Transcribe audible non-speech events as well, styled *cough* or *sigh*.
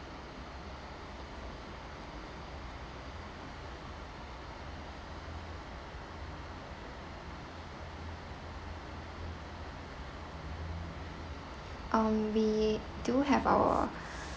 um we do have our *breath*